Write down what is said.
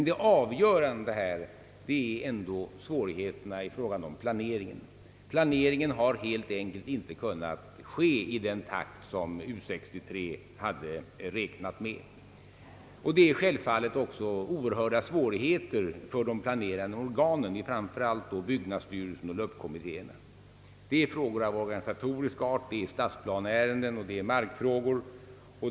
Det avgörande är dock svårigheterna i fråga om planeringen, som helt enkelt inte har kunnat ske i den takt som U 63 hade räknat med. Det råder självfallet också oerhörda svårigheter för de planerande organen, framför allt då för byggnadsstyrelsen och LUP-kommittéerna. Det gäller frågor av organisatorisk art, stadsplaneärenden och markfrågor.